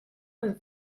ben